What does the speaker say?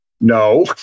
no